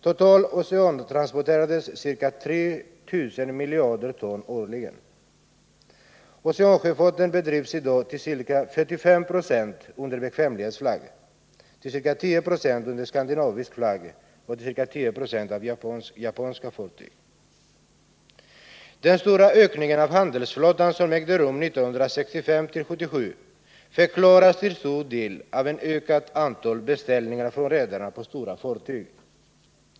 Totalt oceantransporteras ca 3 000 miljarder ton årligen. Oceansjöfarten bedrivs i dag till ca 45 96 under bekvämlighetsflagg, till ca 10 90 under skandinavisk flagg och till 10 26 av japanska fartyg. Den stora ökningen av handelsflottan, som ägde rum mellan 1965 och 1977, förklaras till stor del av ett ökat antal beställningar från redarna på stora fartyg.